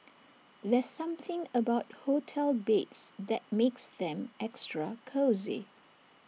there's something about hotel beds that makes them extra cosy